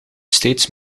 steeds